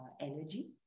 energy